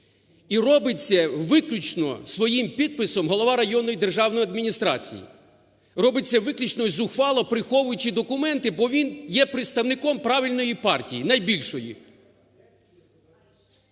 І робить це виключно своїм підписом голова районної державної адміністрації. Робить це виключно і зухвало, приховуючи документи, бо він є представником правильної партії, найбільшої.